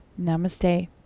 Namaste